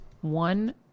One